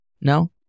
no